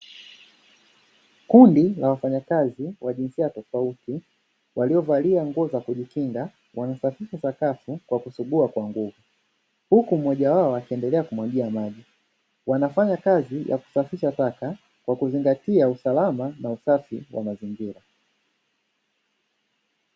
Kundi la wafanyakazi wa jinsia tofauti, waliovalia nguo za kujikinga na wanasafisha sakafu kwa kusugua kwa nguvu. Huku mmoja wao akiendelea kumwagia maji, wanafanya kazi ya kusafisha taka kwa kuzingatia usalama na usafi wa mazingira.